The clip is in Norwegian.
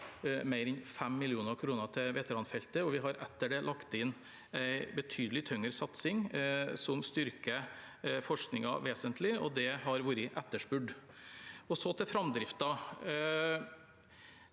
mer enn 5 mill. kr til veteranfeltet. Vi har etter det lagt inn en betydelig tyngre satsing som styrker forskningen vesentlig, og det har vært etterspurt. Så til framdriften: